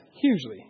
hugely